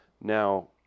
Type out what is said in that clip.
now